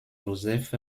joseph